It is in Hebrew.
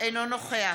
אינו נוכח